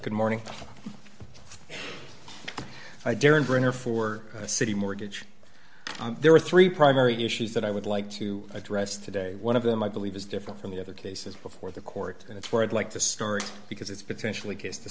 good morning daryn burner for citi mortgage there are three primary issues that i would like to address today one of them i believe is different from the other cases before the court and it's where i'd like to start because it's potentially case the